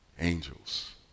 Angels